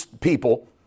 people